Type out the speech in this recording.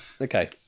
Okay